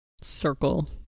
circle